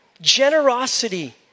generosity